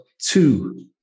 two